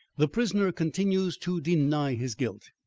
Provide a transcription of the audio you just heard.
the prisoner continues to deny his guilt.